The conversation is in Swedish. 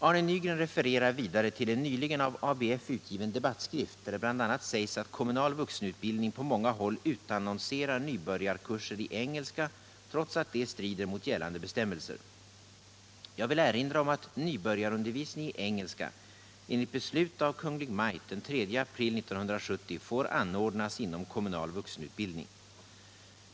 Arne Nygren referar vidare till en nyligen av ABF utgiven debattskrifty = där det bl.a. sägs att kommunal vuxenutbildning på många håll utan Om den kommunanonserar nybörjarkurser i engelska, trots att det strider mot gällande be = la vuxenutbildningstämmelser. Jag vill erinra om att nybörjarundervisning i engelska enligt — en beslut av Kungl. Maj:t den 3 april 1970 får anordnas inom kommunal vuxenutbildning.